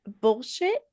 bullshit